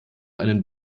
einen